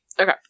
Okay